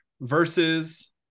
versus